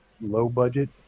low-budget